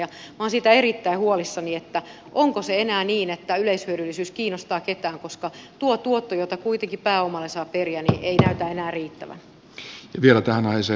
minä olen siitä erittäin huolissani onko enää niin että yleishyödyllisyys kiinnostaa ketään koska tuo tuotto jota kuitenkin pääomalle saa periä ei näytä enää riittävän